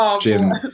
Jim